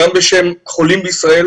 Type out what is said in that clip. גם בשם חולים בישראל,